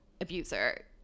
abuser